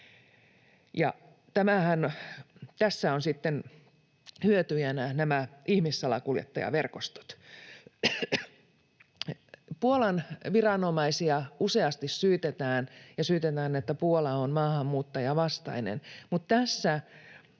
sitten hyötyjänä nämä ihmissalakuljettajaverkostot. Puolan viranomaisia useasti syytetään ja syytetään, että Puola on maahanmuuttajavastainen,